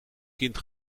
kind